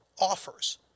offers